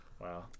Wow